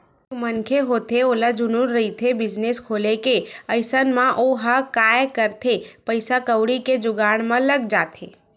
एक मनखे होथे ओला जनुन रहिथे बिजनेस खोले के अइसन म ओहा काय करथे पइसा कउड़ी के जुगाड़ म लग जाथे